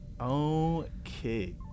Okay